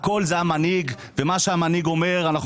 הכול זה המנהיג ומה שהמנהיג אומר אנחנו